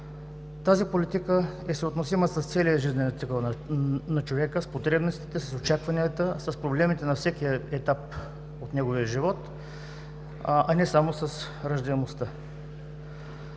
Тази политика е съотносима с целия жизнен цикъл на човека, с потребностите, с очакванията, с проблемите на всеки етап от неговия живот, а не само с раждаемостта.